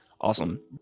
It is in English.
Awesome